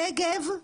הנגב הוא